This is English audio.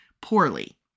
poorly